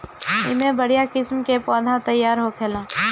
एमे बढ़िया किस्म के पौधा तईयार होखेला